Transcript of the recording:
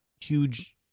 huge